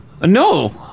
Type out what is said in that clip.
No